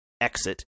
exit